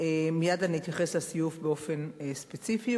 מייד אני אתייחס לסיוף באופן ספציפי,